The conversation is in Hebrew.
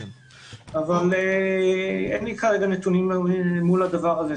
כרגע אין לי נתונים מול הדבר הזה.